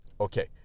Okay